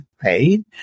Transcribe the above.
paid